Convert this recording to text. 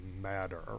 matter